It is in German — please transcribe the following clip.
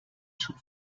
schon